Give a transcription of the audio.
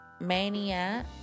mania